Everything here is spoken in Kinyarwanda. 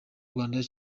rwanda